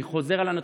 אני חוזר על הנתון: